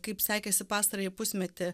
kaip sekėsi pastarąjį pusmetį